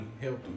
healthy